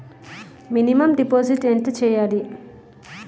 Minimum deposit ఎంత చెయ్యాలి?